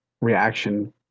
reaction